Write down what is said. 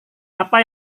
apa